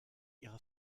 ihrer